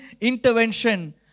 intervention